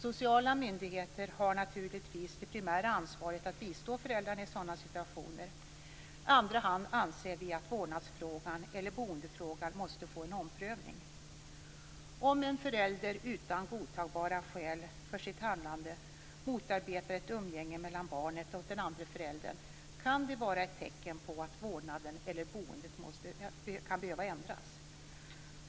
Sociala myndigheter har givetvis det primära ansvaret att bistå föräldrarna i sådana situationer. I andra hand anser vi att vårdnadsfrågan eller boendefrågan måste få en omprövning. Om en förälder utan godtagbara skäl för sitt handlande motarbetar ett umgänge mellan barnet och den andra föräldern, kan det vara ett tecken på att vårdnaden eller boendet kan behöva ändras.